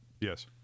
Yes